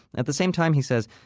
at the same time, he says,